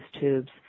tubes